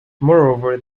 moreover